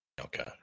Okay